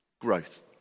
growth